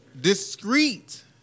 Discreet